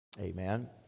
Amen